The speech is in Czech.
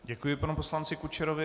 Děkuji panu poslanci Kučerovi.